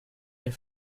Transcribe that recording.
der